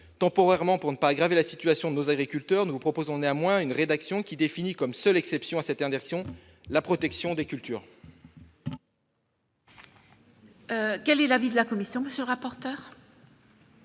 Temporairement, pour ne pas aggraver la situation de nos agriculteurs, nous vous proposons néanmoins une rédaction qui prévoit comme seule exception à cette interdiction la protection des cultures.